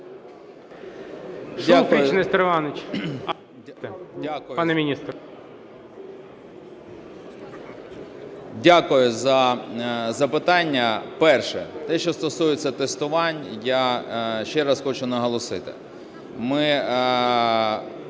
Дякую за запитання. Перше. Те, що стосується тестувань. Я ще раз хочу наголосити, ми